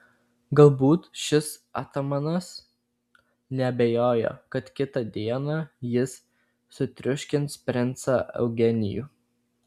galbūt šis atamanas neabejojo kad kitą dieną jis sutriuškins princą eugenijų